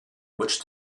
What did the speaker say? which